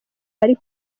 bari